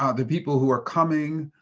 ah the people who are coming,